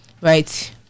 Right